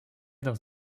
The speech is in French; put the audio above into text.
dans